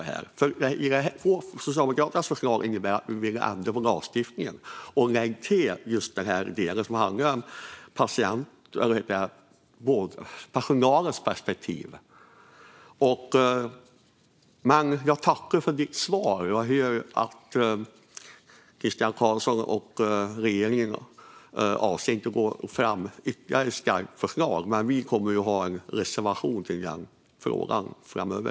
Förslaget från oss socialdemokrater innebär att vi vill ändra på lagstiftningen och lägga till den del som handlar om personalens perspektiv. Jag tackar Christian Carlsson för svaret. Jag hör att Christian Carlssons och regeringens avsikt är att gå fram med ytterligare ett skarpt förslag. Vi kommer dock att ha en reservation i den frågan framöver.